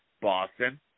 Boston